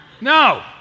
No